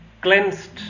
cleansed